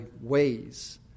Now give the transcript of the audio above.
ways